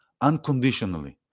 unconditionally